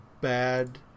bad